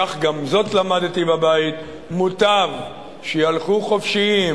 כך גם זאת למדתי בבית: מוטב שיהלכו חופשיים